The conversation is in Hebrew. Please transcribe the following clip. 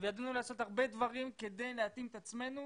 וידענו לעשות הרבה דברים כדי להתאים את עצמנו